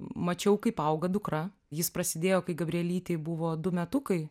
mačiau kaip auga dukra jis prasidėjo kai gabrielytei buvo du metukai